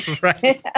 Right